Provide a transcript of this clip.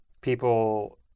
people